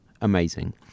Amazing